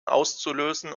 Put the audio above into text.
auszulösen